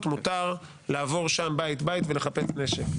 מותר לעבור שם בית-בית ולחפש נשק.